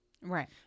Right